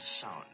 sound